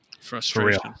Frustration